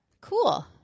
Cool